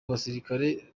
basirikare